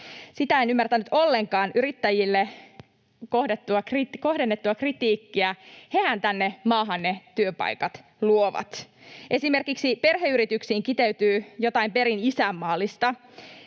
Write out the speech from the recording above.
Sitä en ymmärtänyt ollenkaan, yrittäjille kohdennettua kritiikkiä, hehän tänne maahan ne työpaikat luovat. Esimerkiksi perheyrityksiin kiteytyy jotain perin isänmaallista.